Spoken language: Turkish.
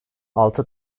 altı